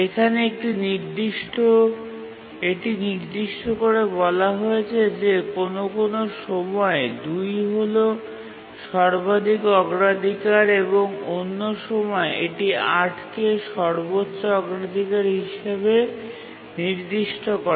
এখানে এটি নির্দিষ্ট করে বলা হয়েছে যে কোন কোন সময়ে ২ হল সর্বাধিক অগ্রাধিকার এবং অন্য সময়ে এটি ৮কে সর্বোচ্চ অগ্রাধিকার হিসাবে নির্দিষ্ট করে